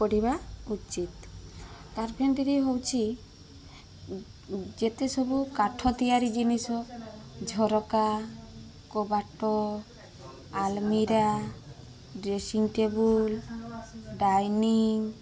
ପଢ଼ିବା ଉଚିତ୍ କାର୍ପେଣ୍ଟିରି ହେଉଛି ଯେତେସବୁ କାଠ ତିଆରି ଜିନିଷ ଝରକା କବାଟ ଆଲମିରା ଡ୍ରେସିଙ୍ଗ୍ ଟେବୁଲ୍ ଡାଇନିଂ